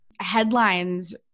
headlines